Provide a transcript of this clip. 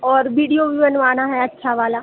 और बीडियो भी बनवाना है अच्छा वाला